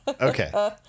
Okay